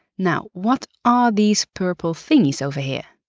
now, what are these purple thingies over here?